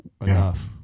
enough